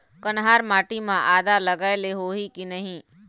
कन्हार माटी म आदा लगाए ले होही की नहीं?